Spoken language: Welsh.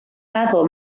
meddwl